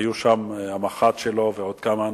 היו שם המח"ט שלו ועוד כמה אנשים.